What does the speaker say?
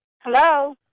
Hello